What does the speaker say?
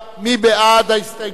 מי בעד ההסתייגות?